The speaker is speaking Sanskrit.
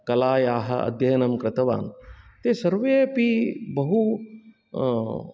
कलायाः अध्ययनं कृतवान् ते सर्वे अपि बहु